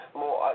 more –